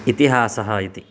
इतिहासः इति